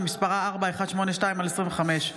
שמספרה פ/4182/25.